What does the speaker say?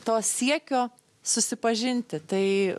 to siekio susipažinti tai